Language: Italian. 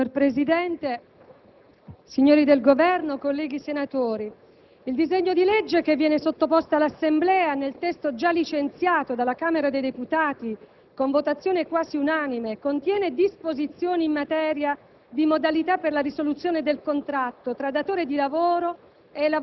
Signor Presidente, signori del Governo, colleghi senatori, il disegno di legge che viene sottoposto all'Assemblea nel testo già licenziato dalla Camera dei deputati, con votazione quasi unanime, contiene disposizioni in materia